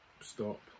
stop